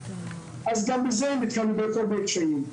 אז גם בזה נתקלנו בכל מיני קשיים.